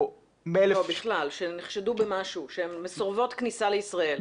לא, בכלל שנחשדו במשהו, שהן מסורבות כניסה לישראל.